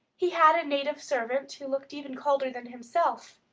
he had a native servant who looked even colder than himself,